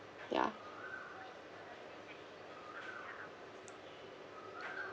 ya